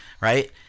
Right